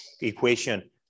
equation